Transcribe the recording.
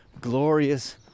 glorious